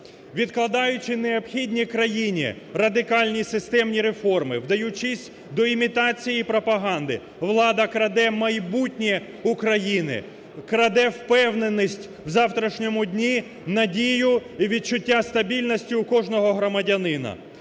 Відкладаючи необхідні країні радикальні системні реформи, вдаючись до імітації і пропаганди, влада краде майбутнє України, краде впевненість у завтрашньому дні, надію і відчуття стабільності у кожного громадянина.